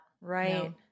right